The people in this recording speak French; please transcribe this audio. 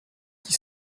qui